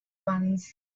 ones